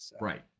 Right